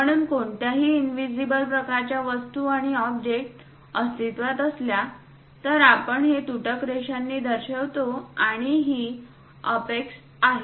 म्हणून कोणत्याही इनव्हिजिबल प्रकारच्या वस्तू आणि ऑब्जेक्ट अस्तित्त्वात असल्या तर आपण हे तुटक रेषांनी दर्शवितो आणि ही अपेक्स आहे